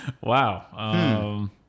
Wow